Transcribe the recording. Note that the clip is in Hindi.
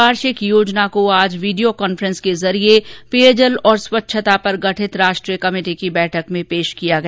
वार्षिक योजना को आज वीडियो काफ्रेंस के जरिये पेयजल और स्वच्छता पर गठित राष्ट्रीय कमेटी की बैठक में पेश किया गया